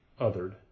othered